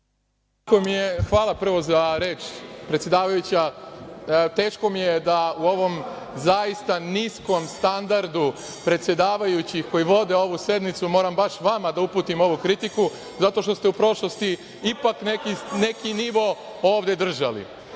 Hvala prvo za reč predsedavajuća. Teško mi je da u ovom zaista niskom standardu predsedavajući koji vode ovu sednicu, moram baš vama da uputim ovu kritiku, zato što ste u prošlosti ipak neki nivo ovde držali. Član